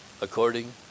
According